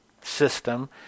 system